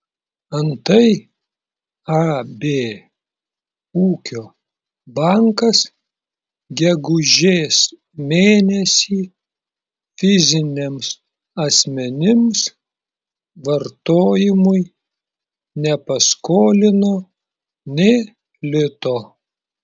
antai ab ūkio bankas gegužės mėnesį fiziniams asmenims vartojimui nepaskolino nė lito